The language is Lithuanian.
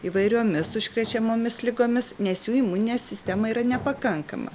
įvairiomis užkrečiamomis ligomis nes jų imuninė sistema yra nepakankama